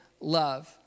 love